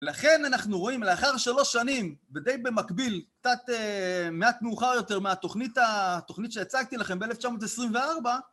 לכן אנחנו רואים, לאחר שלוש שנים, ודי במקביל, קצת מעט מאוחר יותר מהתוכנית שהצגתי לכם ב-1924,